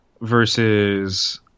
versus